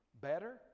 better